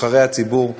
נבחרי הציבור.